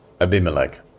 Abimelech